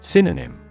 Synonym